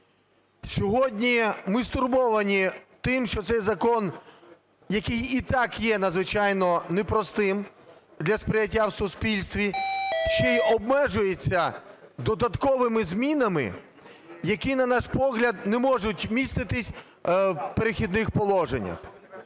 Сьогодні ми стурбовані тим, що цей закон, який і так є надзвичайно непростим для сприйняття в суспільстві, ще й обмежується додатковими змінами, які, на наш погляд, не можуть міститись в "Перехідних положеннях".